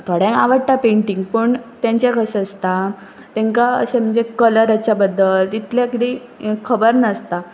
थोड्यांक आवडटा पेंटींग पूण तेंचें कशें आसता तेंकां अशें म्हणजे कलराच्या बद्दल तितलें किदें खबर नासता